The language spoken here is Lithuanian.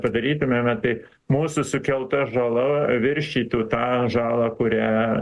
padarytumėme tai mūsų sukelta žala viršytų tą žalą kurią